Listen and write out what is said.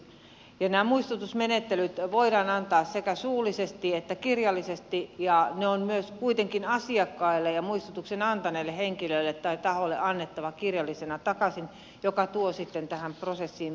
nämä muistutusmenettelyt voidaan antaa sekä suullisesti että kirjallisesti ja ne on kuitenkin asiakkaille ja muistutuksen antaneelle henkilölle tai taholle annettava kirjallisena takaisin mikä tuo sitten tähän prosessiin jäntevyyttä